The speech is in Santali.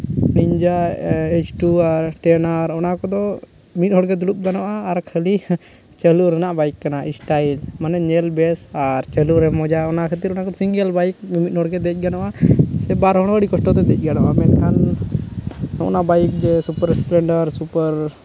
ᱰᱮᱱᱡᱟ ᱮᱱᱴᱩ ᱟᱨ ᱴᱮᱱ ᱟᱨ ᱚᱱᱟ ᱠᱚᱫᱚ ᱢᱤᱫ ᱦᱚᱲᱜᱮ ᱫᱩᱲᱩᱵ ᱜᱟᱱᱚᱜᱼᱟ ᱟᱨ ᱠᱷᱟᱹᱞᱤ ᱪᱟᱹᱞᱩ ᱨᱮᱱᱟᱜ ᱵᱟᱭᱤᱠ ᱠᱟᱱᱟ ᱥᱴᱟᱭᱤᱞ ᱢᱟᱱᱮ ᱧᱮᱞ ᱵᱮᱥ ᱪᱟᱹᱞᱩ ᱨᱮ ᱢᱚᱡᱟ ᱚᱱᱟ ᱠᱷᱟᱹᱛᱤᱨ ᱚᱱᱟᱫᱚ ᱥᱤᱝᱜᱮᱞ ᱵᱟᱭᱤᱠ ᱢᱤᱫ ᱦᱚᱲᱜᱮ ᱫᱮᱡ ᱜᱟᱱᱚᱜᱼᱟ ᱥᱮ ᱵᱟᱨ ᱦᱚᱲ ᱦᱚᱸ ᱟᱹᱰᱤ ᱠᱚᱥᱴᱚ ᱛᱮ ᱫᱮᱡ ᱜᱟᱱᱚᱜᱼᱟ ᱢᱮᱱᱠᱷᱟᱱ ᱚᱱᱟ ᱵᱟᱭᱤᱠ ᱜᱮ ᱥᱩᱯᱟᱨ ᱥᱯᱞᱮᱱᱰᱟᱨ ᱥᱩᱯᱟᱨ